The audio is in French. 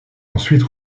ensuite